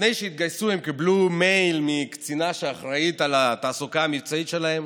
לפני שהתגייסו הם קיבלו מייל מקצינה שאחראית על התעסוקה המבצעית שלהם,